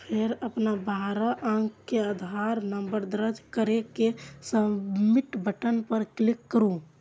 फेर अपन बारह अंक के आधार नंबर दर्ज कैर के सबमिट बटन पर क्लिक करू